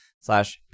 slash